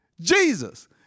Jesus